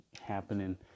happening